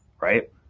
right